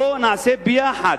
בואו נעשה ביחד,